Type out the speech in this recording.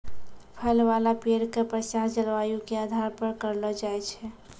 फल वाला पेड़ के प्रसार जलवायु के आधार पर करलो जाय छै